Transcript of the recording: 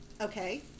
Okay